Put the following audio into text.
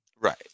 Right